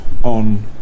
On